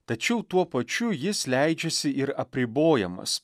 tačiau tuo pačiu jis leidžiasi ir apribojamas